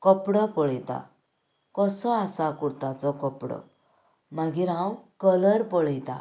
कपडो पळयतां कसो आसा कुर्ताचो कपडो मागीर हांव कलर पळयतां